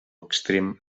extrem